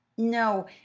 no,